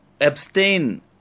Abstain